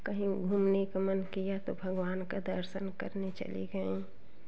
कहीं घूमने का मन किया तो भगवान का दर्शन करने चली गई